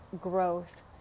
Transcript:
growth